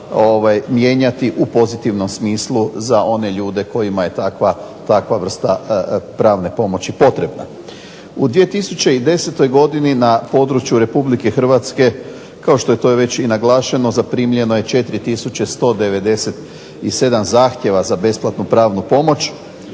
u pozitivnom smislu za one ljude kojima je takva vrsta pravne pomoći potrebna. U 2010. godini na području Republike Hrvatske kao što je to već i naglašeno zaprimljeno je 4197 zahtjeva za besplatnu pravnu pomoć.